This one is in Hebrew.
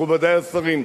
מכובדי השרים,